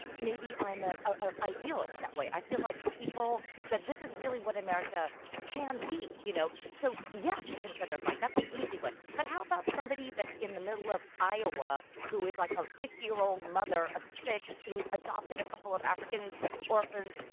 maybe, i'm ah a. idealist that way. i feel like people, that this is really what american can be. you know so yes, the confederate flag, that's an easy one, but how about somebody that's in the middle of iowa, who is like a fifty year old mother of six, who's adopted a couple of african orphans?